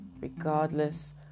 regardless